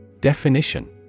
Definition